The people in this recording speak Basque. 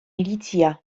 iritzia